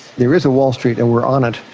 there is a wall street and we're on it.